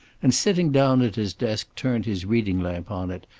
and sitting down at his desk turned his reading lamp on it,